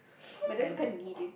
but they also kinda need it